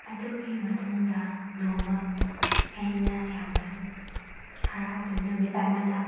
ꯑꯗꯨꯒꯤ ꯃꯇꯨꯡꯗ ꯅꯣꯡꯃ ꯑꯩꯅ ꯌꯥꯝꯅ ꯍꯔꯥꯎꯕ ꯅꯨꯃꯤꯠ ꯑꯃꯗ